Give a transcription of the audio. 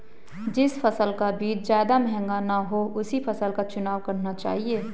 जिस फसल का बीज ज्यादा महंगा ना हो उसी फसल का चुनाव करना चाहिए